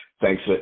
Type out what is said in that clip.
thanks